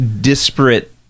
disparate